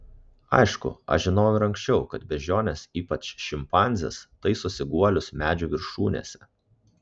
aišku aš žinojau ir anksčiau kad beždžionės ypač šimpanzės taisosi guolius medžių viršūnėse